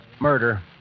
murder